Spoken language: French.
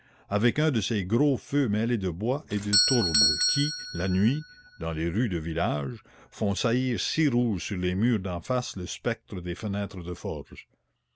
avec un de ces gros feux mêlés de bois et de tourbe qui la nuit dans les rues de village font saillir si rouge sur les murs d'en face le spectre des fenêtres de forge